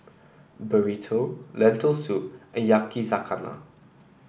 Burrito Lentil Soup Yakizakana